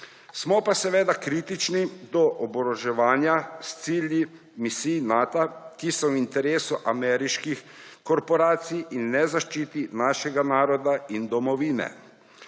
Smo pa seveda kritični do oboroževanja s cilji misij Nata, ki so v interesu ameriških korporacij in ne zaščiti našega naroda ter domovine.